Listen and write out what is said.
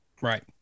Right